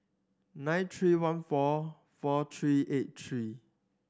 nine three one four four three eight three